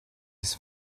his